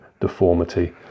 deformity